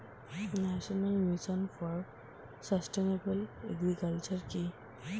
National mission for sustainable agriculture কি?